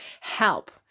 help